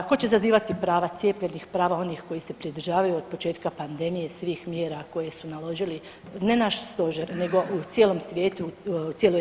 Tko će zazivati prava cijepljenih, prava onih koji se pridržavaju od početka pandemije svih mjera koje su naložili ne naš stožer nego u cijelom svijetu u cijeloj EU.